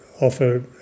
offer